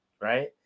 right